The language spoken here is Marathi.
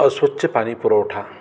अस्वच्छ पाणीपुरवठा